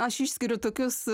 aš išskiriu tokius